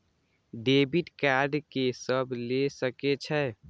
Debit card के सब ले सके छै?